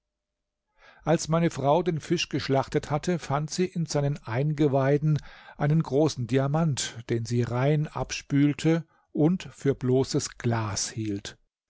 als meine frau den fisch geschlachtet hatte fand sie in seinen eingeweiden einen großen diamant den sie rein abspülte und für bloßes glas hielt